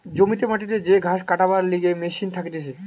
জমিতে মাটিতে যে ঘাস কাটবার লিগে মেশিন থাকতিছে